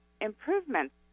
improvements